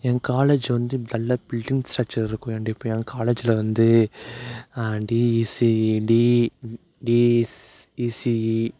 என் college வந்து நல்ல building structure இருக்கும் கண்டிப்பாக என் காலேஜில் வந்து டிஇசி டிஇசிஇ